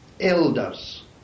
elders